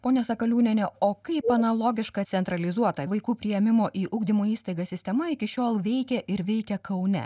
pone sakaliūniene o kaip analogiška centralizuota vaikų priėmimo į ugdymo įstaigas sistema iki šiol veikė ir veikia kaune